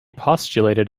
postulated